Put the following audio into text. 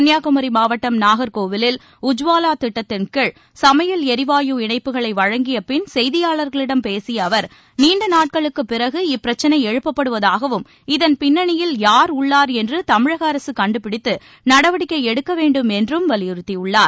கள்ளியாகுமரி மாவட்டம் நாகர்கோவிலில் உஜ்வாலா திட்டத்தின்கீழ் சமையல் எரிவாயு இணைப்புகளை வழங்கிய பின் செய்தியாளர்களிடம் பேசிய அவர் நீண்ட நாட்களுக்குப் பிறகு இப்பிரச்சினை எழுப்பப்படுவதாகவும் இதன் பின்னணியில் யார் உள்ளார் என்று தமிழக அரசு கண்டுபிடித்து நடவடிக்கை எடுக்க வேண்டும் என்றும் கூறினார்